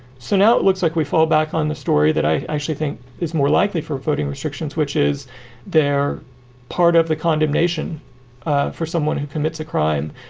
so now it looks like we fall back on the story that i actually think is more likely for voting restrictions, which is they're part of the condemnation for someone who commits a crime.